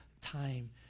time